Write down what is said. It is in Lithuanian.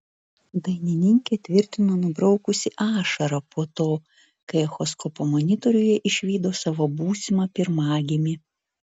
dainininkė tvirtino nubraukusi ašarą po to kai echoskopo monitoriuje išvydo savo būsimą pirmagimį